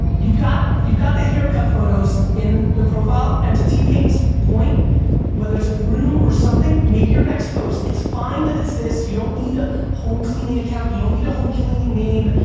you've got you've got the haircut photos in the profile and to t-pain's point whether it's a broom or something make your next post, it's fine that it's this, you don't need a home cleaning account. you don't need a home cleaning name.